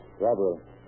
Robber